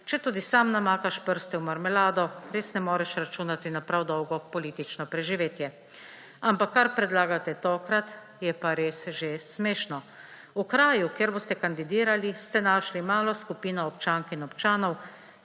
četudi sam namakaš prste v marmelado, res ne moreš računati na prav dolgo politično preživetje. Ampak kar predlagate tokrat, je pa res že smešno. V kraju, kjer boste kandidirali, ste našli malo skupino občank in občanov,